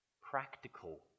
practical